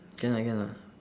can lah can lah